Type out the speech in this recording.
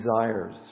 desires